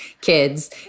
kids